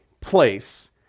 place